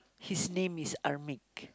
his name is Armik